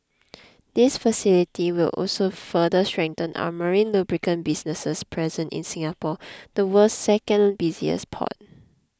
this facility will also further strengthen our marine lubricant business's presence in Singapore the world's second busiest port